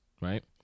right